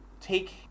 take